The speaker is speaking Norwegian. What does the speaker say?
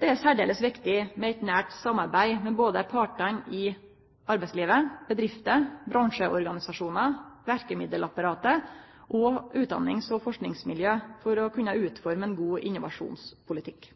Det er særdeles viktig med eit nært samarbeid med både partane i arbeidslivet, bedrifter, bransjeorganisasjonar, verkemiddelapparat og utdannings- og forskingsmiljø for å kunne utforme ein god innovasjonspolitikk.